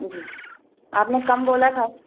जी आपने कम बोला था